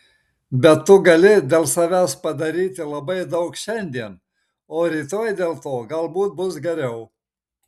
bet tu gali dėl savęs padaryti labai daug šiandien o rytoj dėl to galbūt bus geriau